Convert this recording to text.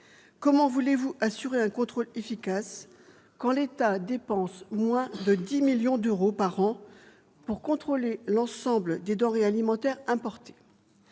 Comment voulez-vous assurer un contrôle efficace quand l'État dépense moins de 10 millions d'euros par an pour contrôler l'ensemble des denrées alimentaires importées ?